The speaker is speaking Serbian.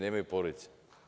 Nemaju porodice.